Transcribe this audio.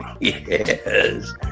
Yes